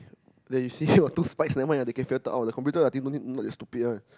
there you see got two spikes never mind they can filter out the computer I think don't need not that stupid [one]